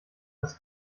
das